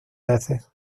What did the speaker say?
veces